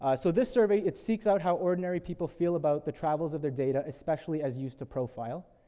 ah so this survey, it seeks out how ordinary people feel about the travels of their data, especially as used to profile.